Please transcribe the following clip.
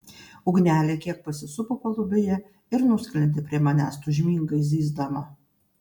ugnelė kiek pasisupo palubėje ir nusklendė prie manęs tūžmingai zyzdama